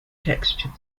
texture